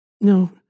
No